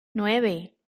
nueve